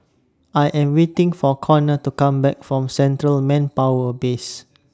I Am waiting For Conor to Come Back from Central Manpower Base